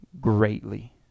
greatly